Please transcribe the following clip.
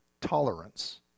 tolerance